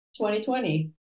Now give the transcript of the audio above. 2020